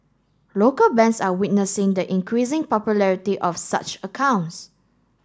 local banks are witnessing the increasing popularity of such accounts